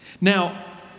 Now